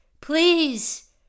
please